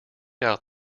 out